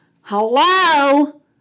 hello